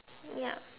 yup